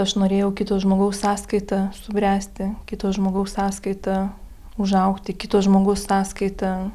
aš norėjau kito žmogaus sąskaita subręsti kito žmogaus sąskaita užaugti kito žmogaus sąskaita